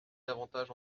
davantage